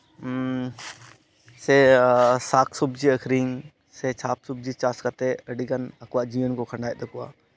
ᱥᱮ ᱥᱟᱠ ᱥᱚᱵᱽᱡᱤ ᱟᱠᱷᱨᱤᱧ ᱥᱮ ᱥᱟᱠᱼᱥᱚᱵᱽᱡᱤ ᱪᱟᱥ ᱠᱟᱛᱮᱫ ᱟᱹᱰᱤᱜᱟᱱ ᱟᱠᱚᱣᱟᱜ ᱡᱤᱭᱚᱱ ᱠᱚ ᱠᱷᱟᱸᱰᱟᱣᱮᱫ ᱛᱟᱠᱚᱣᱟ